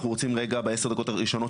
אנחנו רוצים רגע ב-10 דקות הראשונות